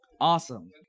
Awesome